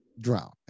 drown